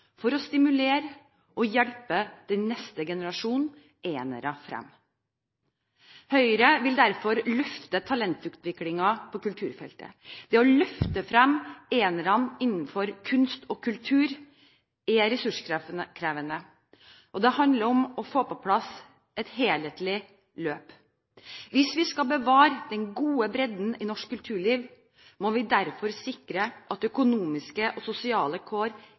for å stimulere og hjelpe den neste generasjonen enere frem. Høyre vil derfor løfte talentutviklingen på kulturfeltet. Det å løfte frem enerne innenfor kunst og kultur, er ressurskrevende. Det handler om å få på plass et helhetlig løp. Hvis vi skal bevare den gode bredden i norsk kulturliv, må vi derfor sikre at økonomiske og sosiale kår